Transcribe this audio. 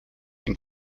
and